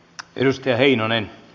lystiä ei ne